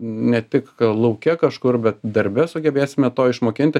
ne tik lauke kažkur bet darbe sugebėsime to išmokinti